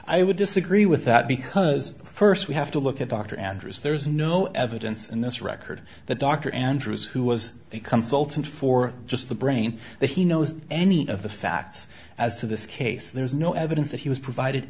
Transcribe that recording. i would disagree with that because first we have to look at dr andrus there's no evidence in this record that dr andrews who was a consultant for just the brain that he knows any of the facts as to this case there's no evidence that he was provided